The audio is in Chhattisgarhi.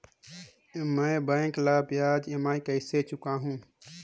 मैं बैंक ला ब्याज ई.एम.आई कइसे चुकाहू?